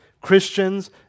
Christians